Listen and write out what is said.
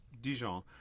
Dijon